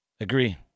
Agree